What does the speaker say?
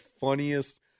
funniest